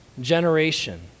generation